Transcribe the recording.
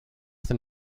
than